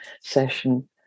session